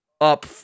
up